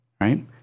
right